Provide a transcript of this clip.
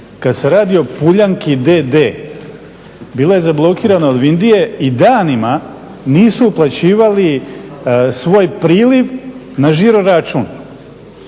Kada se radi o Puljanki d.d., bila je zablokirana od Vindije i danima nisu uplaćivali svoj priliv na žiro račun